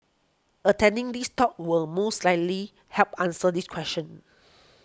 attending this talk will most likely help answer this question